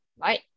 right